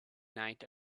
night